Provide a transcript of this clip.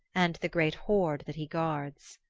and the great hoard that he guards.